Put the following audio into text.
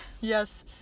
Yes